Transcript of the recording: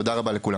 תודה רבה לכולם.